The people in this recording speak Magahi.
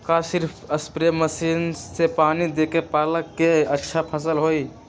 का सिर्फ सप्रे मशीन से पानी देके पालक के अच्छा फसल होई?